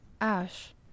Ash